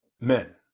men